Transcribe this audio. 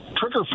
trigger